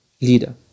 leader